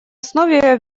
основе